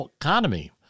economy